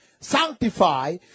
Sanctify